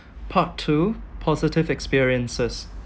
part two positive experiences